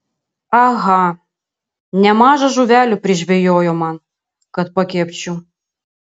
aha nemaža žuvelių prižvejojo man kad pakepčiau